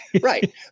Right